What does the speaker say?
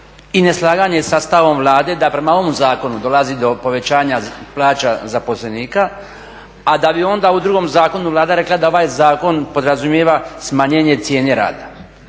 i neslaganje sa stavom Vlade da prema ovom zakonu dolazi do povećanja plaća zaposlenika a da bi onda u drugom zakonu Vlada rekla da ovaj zakon podrazumijeva smanjenje cijene rada.